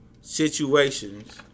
situations